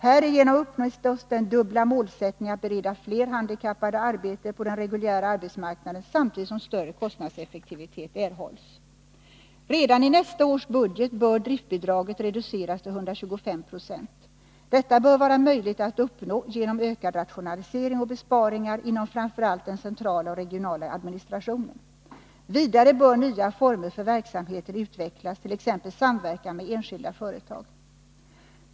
Härigenom uppnås den dubbla målsättningen att bereda fler handikappade arbete på den reguljära arbetsmarknaden samtidigt som större kostnadseffektivitet erhålls. Redan i nästa års budget bör driftbidraget reduceras till 125 6. Detta bör vara möjligt att uppnå genom ökad rationalisering och besparingar inom framför allt den centrala och regionala administrationen. Vidare bör nya former för verksamheten kunna utvecklas, t.ex. samverkan med enskilda företag.